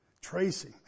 Tracy